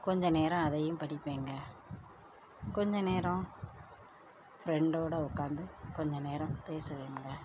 கொஞ்சம் நேரம் அதையும் படிப்பேங்க கொஞ்சம் நேரம் ஃப்ரெண்டோடு உக்காந்து கொஞ்சம் நேரம் பேசுவேங்க